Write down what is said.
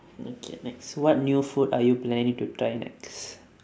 okay next what new food are you planning to try next